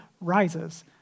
rises